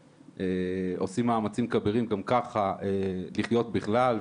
שעושים מאמצים כבירים גם ככה לחיות בכלל,